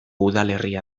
udalerria